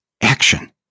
Action